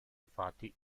infatti